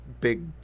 big